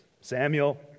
Samuel